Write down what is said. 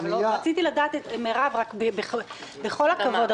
רציתי לדעת, תמר לוי-בונה, בכל הכבוד,